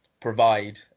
provide